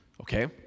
Okay